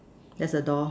just a door